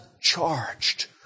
charged